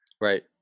Right